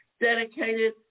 dedicated